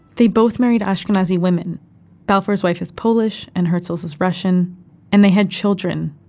they both married ashkenazi women balfour's wife is polish and herzel's is russian and they had children,